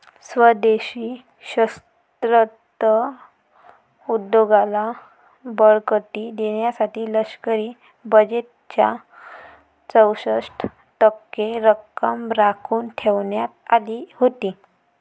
स्वदेशी शस्त्रास्त्र उद्योगाला बळकटी देण्यासाठी लष्करी बजेटच्या चौसष्ट टक्के रक्कम राखून ठेवण्यात आली होती